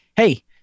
hey